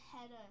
header